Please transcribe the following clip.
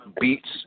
beats